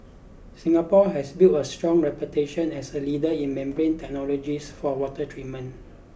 Singapore has built a strong reputation as a leader in membrane technologies for water treatment